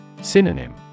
Synonym